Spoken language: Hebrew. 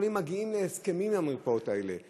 קופות-החולים מגיעות להסכמים עם המרפאות האלה,